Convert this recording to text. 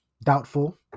Doubtful